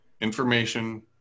information